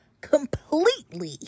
completely